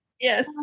yes